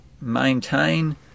maintain